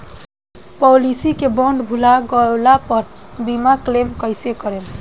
Policy के bond भुला गैला पर बीमा क्लेम कईसे करम?